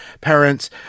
parents